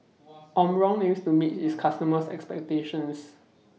Omron aims to meet its customers' expectations